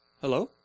Hello